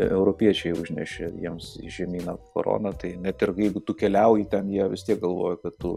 europiečiai užnešė jiems į žemyną koroną tai net ir jeigu tu keliauji ten jie vis tiek galvoja kad tu